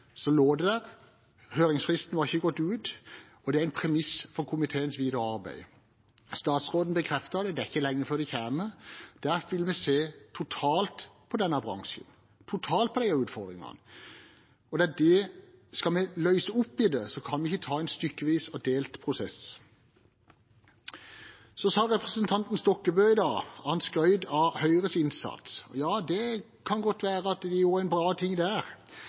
Høringsfristen var ikke gått ut, og utredningen er en premiss for komiteens videre arbeid. Statsråden bekreftet det – det er ikke lenge før det kommer noe fra regjeringen. Da vil vi se helhetlig på denne bransjen og disse utfordringene. Skal vi løse opp i dette, kan vi ikke ha en stykkevis og delt prosess. Representanten Stokkebø skrøt av Høyres innsats. Ja, det kan godt være at de gjorde noe bra der,